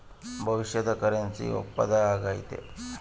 ಭವಿಷ್ಯದ ಕರೆನ್ಸಿ ಒಪ್ಪಂದ ಆಗೈತೆ